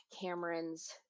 Cameron's